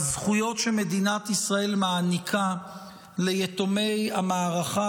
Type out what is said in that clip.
הזכויות שמדינת ישראל מעניקה ליתומי המערכה